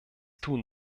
tun